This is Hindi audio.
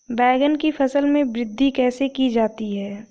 बैंगन की फसल में वृद्धि कैसे की जाती है?